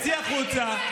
צא החוצה,